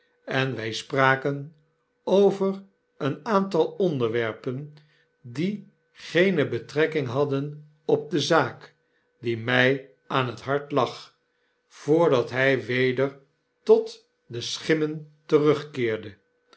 en wy spraken over een aantal onderwerpen die geene betrekking hadden op de zaak die mg aan het hart lag voordat hij weder tot de schimmen terugkeerde